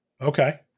Okay